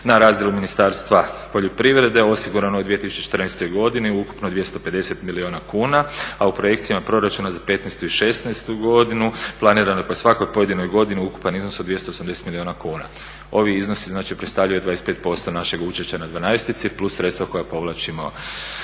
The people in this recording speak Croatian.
na razdjelu Ministarstva poljoprivrede osigurano je u 2014.godini ukupno 250 milijuna kuna, a u projekcijama proračuna za '15. i '16. godini planirano je po svakoj pojedinoj godini ukupan iznos od 280 milijuna kuna. Ovi iznosi znači predstavljaju 25% našeg učešća na 12-ici plus sredstva koja povlačimo